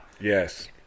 yes